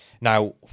now